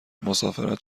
مسافرت